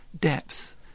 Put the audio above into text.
depth